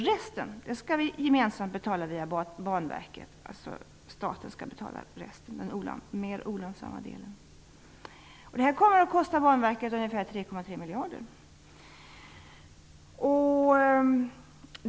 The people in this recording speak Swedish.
Resten skall vi betala gemensamt via Banverket, dvs. staten skall betala den mer olönsamma delen. Det kommer att kosta Banverket ungefär 3,3 miljarder.